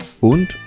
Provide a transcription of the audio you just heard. und